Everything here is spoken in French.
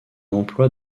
emploi